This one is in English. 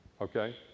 Okay